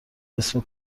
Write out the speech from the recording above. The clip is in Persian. اسم